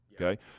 Okay